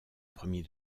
premier